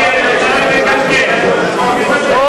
טוב.